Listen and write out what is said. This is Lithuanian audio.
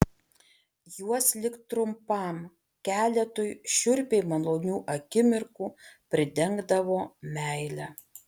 juos lik trumpam keletui šiurpiai malonių akimirkų pridengdavo meile